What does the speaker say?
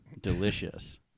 delicious